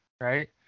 Right